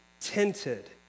tinted